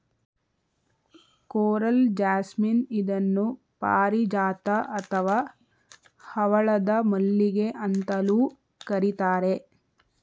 coral jasmine ಇದನ್ನು ಪಾರಿಜಾತ ಅಥವಾ ಹವಳದ ಮಲ್ಲಿಗೆ ಅಂತಲೂ ಕರಿತಾರೆ